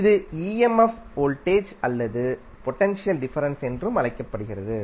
இது EMF voltage அல்லது potential difference என்றும் அழைக்கப்படுகிறது